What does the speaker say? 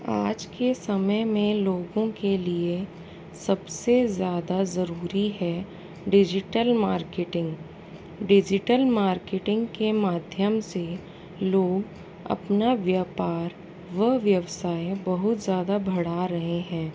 आज के समय में लोगों के लिए सबसे ज़्यादा ज़रूरी है डिजिटल मार्केटिंग डिजिटल मार्केटिंग के माध्यम से लोग अपना व्यापार व व्यवसाय बहुत ज़्यादा बढ़ा रहें हैं